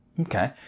Okay